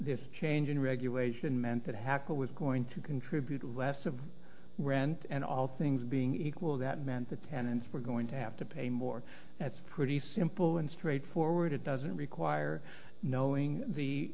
the change in regulation meant that hackle was going to contribute less of rent and all things being equal that meant the tenants were going to have to pay more that's pretty simple and straightforward it doesn't require knowing the